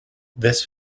this